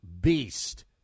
beast